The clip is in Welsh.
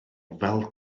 fel